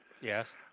Yes